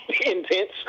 intense